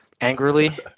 angrily